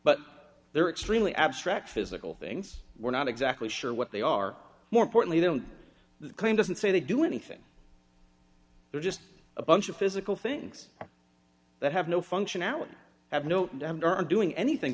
but they're extremely abstract physical things we're not exactly sure what they are more importantly they don't claim doesn't say they do anything they're just a bunch of physical things that have no functionality have no doing anything